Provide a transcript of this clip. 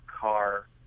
car